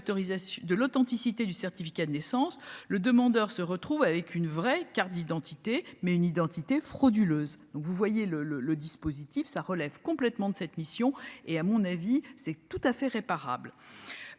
de l'authenticité du certificat de naissance, le demandeur se retrouve avec une vraie carte d'identité mais une identité frauduleuse, donc vous voyez le le le dispositif ça relève complètement de cette mission et à mon avis, c'est tout à fait réparable.